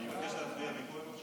אני מבקש להצביע מפה, אם אפשר.